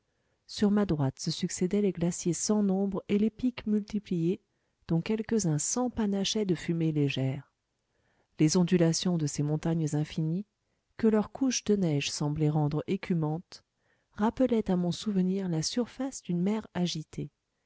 sur ma droite se succédaient les glaciers sans nombre et les pics multipliés dont quelques-uns s'empanachaient de fumées légères les ondulations de ces montagnes infinies que leurs couches de neige semblaient rendre écumantes rappelaient à mon souvenir la surface d'une mer agitée